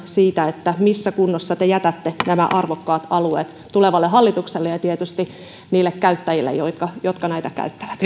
siitä missä kunnossa te jätätte nämä arvokkaat alueet tulevalle hallitukselle ja tietysti niille käyttäjille jotka jotka näitä käyttävät